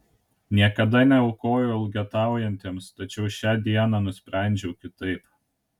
niekada neaukoju elgetaujantiems tačiau šią dieną nusprendžiau kitaip